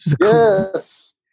Yes